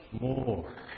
more